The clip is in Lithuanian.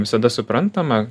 visada suprantama